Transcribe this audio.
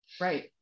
Right